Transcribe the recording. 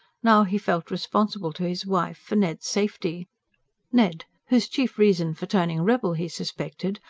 now he felt responsible to his wife for ned's safety ned, whose chief reason for turning rebel he suspected,